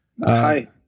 Hi